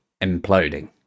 imploding